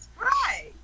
Right